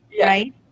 right